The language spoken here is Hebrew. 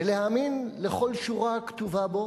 ולהאמין לכל שורה הכתובה בו